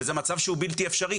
וזה מצב שהוא בלתי אפשרי.